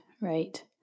Right